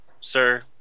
sir